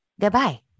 Goodbye